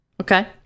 okay